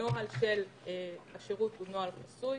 הנוהל של השירות הוא נוהל חסוי,